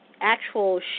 actual